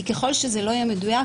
כי ככל שזה לא יהיה מדויק,